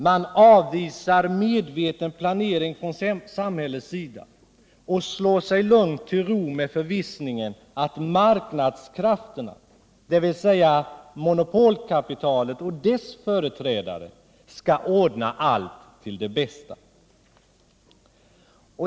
Man avvisar medveten planering från samhällets sida och slår sig lugnt till ro med förvissningen att mark nadskrafterna, dvs. monopolkapitalet och dess företrädare, skall ordna allt till det bästa.